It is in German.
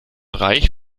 reich